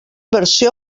versió